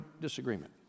disagreement